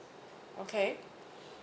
okay